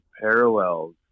parallels